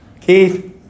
Keith